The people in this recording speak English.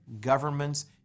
governments